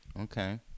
Okay